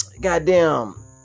goddamn